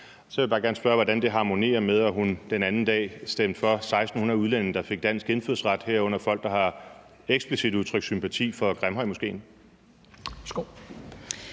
Så vil jeg bare gerne spørge, hvordan det harmonerer med, at hun den anden dag stemte for 1.600 udlændinge, der fik dansk indfødsret, herunder folk, der eksplicit har udtrykt sympati for Grimhøjmoskéen.